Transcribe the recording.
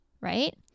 right